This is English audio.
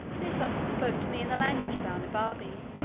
this officer spoke to me in the language of balnibarbi,